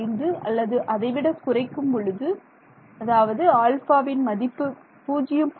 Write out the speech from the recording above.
75 அல்லது அதைவிட குறைக்கும் பொழுது அதாவது ஆல்ஃபாவின் மதிப்பு 0